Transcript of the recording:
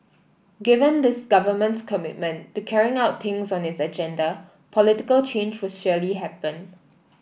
given this Government's commitment to carrying out things on its agenda political change will surely happen